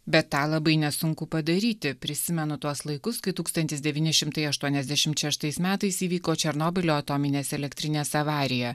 bet tą labai nesunku padaryti prisimenu tuos laikus kai tūkstantis devyni šimtai aštuoniasdešimt šeštais metais įvyko černobylio atominės elektrinės avarija